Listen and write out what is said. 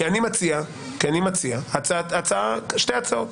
אני מציע שתי הצעות.